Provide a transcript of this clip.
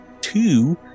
two